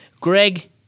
Greg